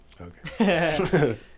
Okay